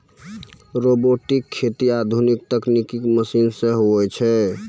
robotic खेती आधुनिक तकनिकी मशीन से हुवै छै